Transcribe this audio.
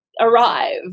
Arrive